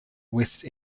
west